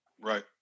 Right